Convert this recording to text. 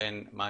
לכן, מה